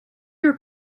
your